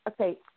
okay